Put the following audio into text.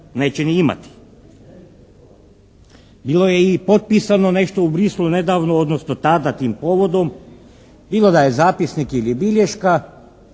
neće ni imati. Bilo je i potpisano nešto u Bruxellesu nedavno, odnosno tada tim povodom bilo da je zapisnik ili bilješka